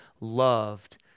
loved